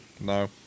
No